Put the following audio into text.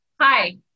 hi